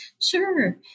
Sure